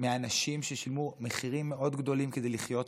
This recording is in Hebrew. מאנשים ששילמו מחירים מאוד גדולים כדי לחיות פה,